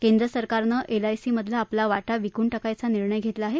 केंद्र सरकारन एलआयसीमधील आपला वाटा विकून टाकायचा निर्णय घेतला आहे